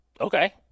okay